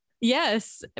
Yes